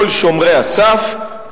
כל שומרי הסף,